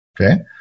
Okay